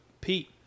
Pete